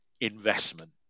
investment